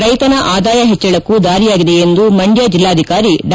ರೈತನ ಆದಾಯ ಹೆಚ್ಚಳಕ್ಕೂ ದಾರಿಯಾಗಿದೆ ಎಂದು ಮಂಡ್ಯ ಜೆಲ್ಲಾಧಿಕಾರಿ ಡಾ